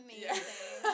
amazing